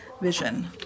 vision